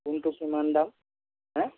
কোনটো কিমান দাম হে